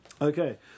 Okay